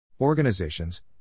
Organizations